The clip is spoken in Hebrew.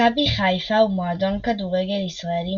מכבי חיפה הוא מועדון כדורגל ישראלי